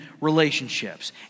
relationships